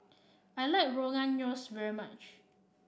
I like Rogan Josh very much